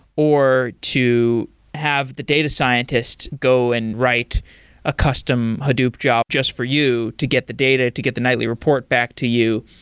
or to have the data scientists go and write a custom hadoop job just for you to get the data, to get the nightly report back to you.